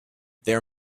there